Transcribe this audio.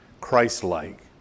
Christ-like